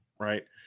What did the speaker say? Right